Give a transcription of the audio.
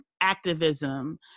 activism